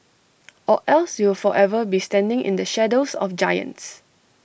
or else you will forever be standing in the shadows of giants